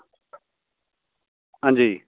हंजी